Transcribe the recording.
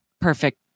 perfect